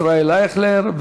ישראל אייכלר.